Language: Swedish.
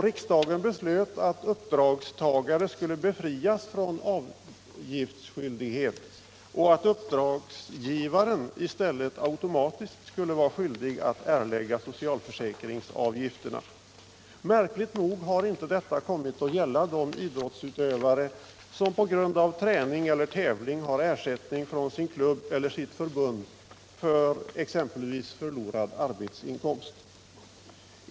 Riksdagen beslöt att uppdragstagare skulle befrias från avgiftsskyldighet och att uppdragsgivaren i stället automatiskt skulle vara skyldig att erlägga socialförsäkringsavgifterna. Märkligt nog har detta inte kommit att gälla de idrottsutövare som på grund av träning eller tävling har ersättning från sin klubb eller sitt förbund för exempelvis förlorad arbetsinkomst.